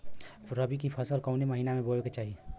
रबी की फसल कौने महिना में बोवे के चाही?